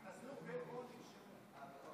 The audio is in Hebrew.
התחסנו או נרשמו.